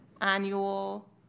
annual